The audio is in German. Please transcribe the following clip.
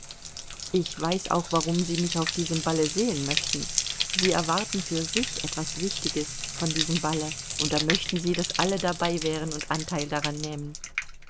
ich weiß auch warum sie mich auf diesem balle sehen möchten sie erwarten für sich etwas wichtiges von diesem balle und da möchten sie daß alle dabei wären und anteil daran nähmen